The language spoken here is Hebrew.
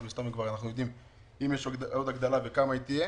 מן הסתם אנחנו כבר יודעים אם יש עוד הגדלה ובאיזה סכום היא תהיה.